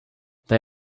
they